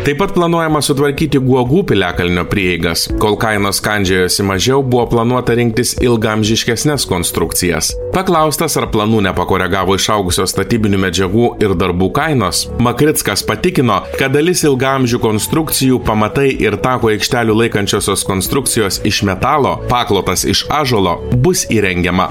taip pat planuojama sutvarkyti guogų piliakalnio prieigas kol kainos kandžiojosi mažiau buvo planuota rinktis ilgaamžiškesnes konstrukcijas paklaustas ar planų nepakoregavo išaugusios statybinių medžiagų ir darbų kainos makrickas patikino kad dalis ilgaamžių konstrukcijų pamatai ir tapo aikštelių laikančiosios konstrukcijos iš metalo paklotas iš ąžuolo bus įrengiama